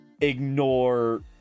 ignore